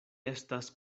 estas